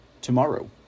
tomorrow